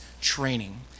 training